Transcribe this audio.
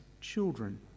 children